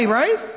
right